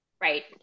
Right